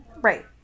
right